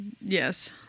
Yes